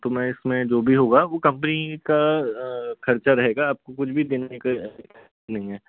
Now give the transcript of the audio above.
तो मैं इसमें जो भी होगा वो कंपनी का खर्चा रहेगा आपको कुछ भी देने के नहीं है